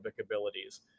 abilities